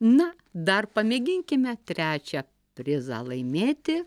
na dar pamėginkime trečią prizą laimėti